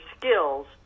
skills